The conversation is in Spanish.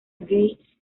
gay